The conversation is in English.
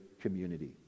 community